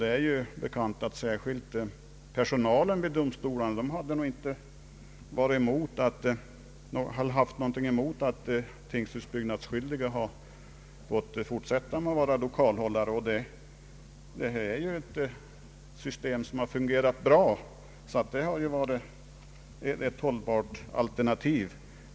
Det är bekant att särskilt personalen vid domstolarna inte haft någonting att invända mot att tingshusbyggnadsskyldige fått fortsätta att vara lokalhållare. Det är ju ett system som har fungerat tillfredsställande, och detta hade då varit ett hållbart alternativ.